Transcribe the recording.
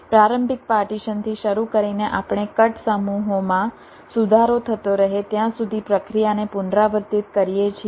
પ્રારંભિક પાર્ટીશનથી શરૂ કરીને આપણે કટ સમૂહોમાં સુધારો થતો રહે ત્યાં સુધી પ્રક્રિયાને પુનરાવર્તિત કરીએ છીએ